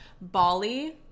Bali